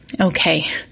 Okay